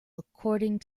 according